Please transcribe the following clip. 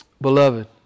Beloved